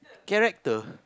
character